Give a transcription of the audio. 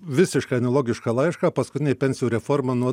visiškai analogišką laišką paskutinė pensijų reforma nuo